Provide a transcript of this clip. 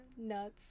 Nuts